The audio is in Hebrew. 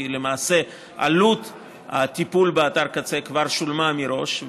כי למעשה עלות הטיפול באתר קצה כבר שולמה מראש,